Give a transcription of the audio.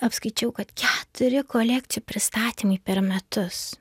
apskaičiau kad keturi kolekcijų pristatymai per metus